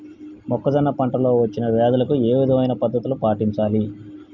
మొక్కజొన్న పంట లో వచ్చిన వ్యాధులకి ఏ విధమైన పద్ధతులు పాటించాలి?